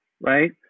right